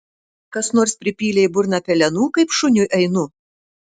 kas nors pripylė į burną pelenų kaip šuniui ainu